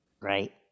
right